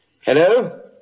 Hello